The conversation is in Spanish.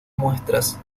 muestras